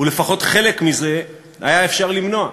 ולפחות חלק מזה היה אפשר למנוע.